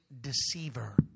deceiver